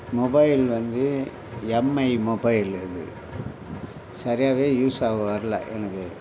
mobile வந்து Mi mobile இது சரியாகவே யூஸ் ஆக வரல எனக்கு